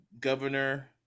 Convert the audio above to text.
governor